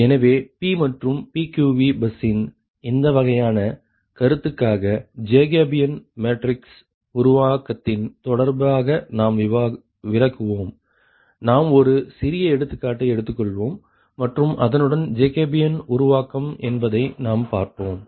எனவே Pமற்றும் PQV பஸ்ஸின் இந்த வகையான கருத்துக்காக ஜேகோபியன் மேட்ரிக்ஸ் உருவாக்கத்தின் தொடர்பாக நாம் விளக்குவோம் நாம் ஒரு சிறிய எடுத்துக்காட்டை எடுத்துக்கொள்வோம் மற்றும் அதனுடன் ஜேகோபியன் உருவாகும் என்பதை நாம் பார்ப்போம்